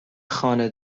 خانه